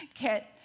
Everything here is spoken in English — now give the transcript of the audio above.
get